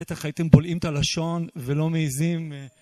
בטח הייתם בולעים את הלשון ולא מעזים.